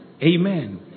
Amen